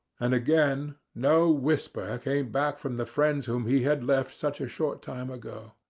and again no whisper came back from the friends whom he had left such a short time ago.